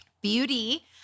beauty